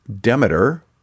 demeter